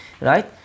right